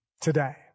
today